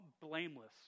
blameless